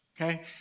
okay